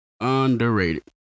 Underrated